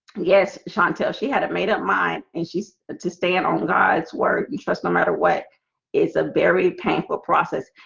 yes chantal. she hadn't made up mine and she's to stand on god's word. you trust no matter what it's a very painful process.